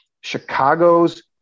Chicago's